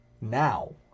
now